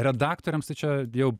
redaktoriams tai čia jau